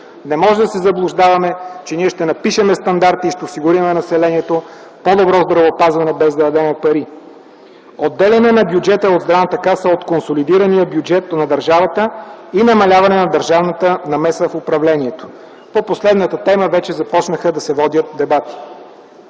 Не може да се заблуждаваме, че ще напишем стандарти и ще осигурим на населението по-добро здравеопазване без да дадем пари. Отделяне на бюджета на Здравната каса от консолидирания бюджет на държавата и намаляване на държавната намеса в управлението. По последната тема вече започнаха да се водят дебати.